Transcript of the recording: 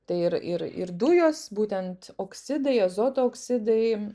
tai ir ir ir dujos būtent oksidai azoto oksidai